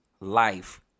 life